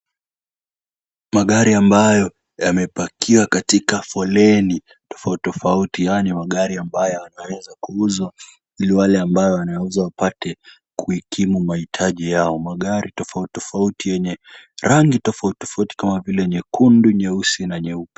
Magari ambayo yamepakiwa katika foleni tofauti tofauti, yaani magari ambayo yanaweza kuuzwa ili wale ambao wanauza wapate kuhikimu mahitaji yao, magari tofauti tofauti yenye rangi tofauti tofauti kama vile nyekundu, nyeusi, na nyeupe.